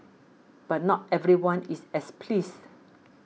but not everyone is as pleased